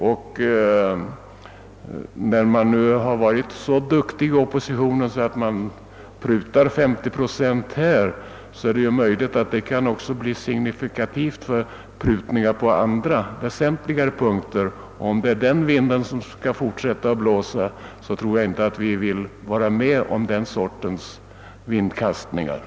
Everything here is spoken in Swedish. När oppositionen nu varit så duktig att den prutat 50 procent härvidlag är det ju möjligt att detta kan bli signifikativt för prutningar på andra, väsentligare punkter. Och om det är den vinden som skall fortsätta att blåsa, så tror jag inte att vi vill vara med om vindkastningarna.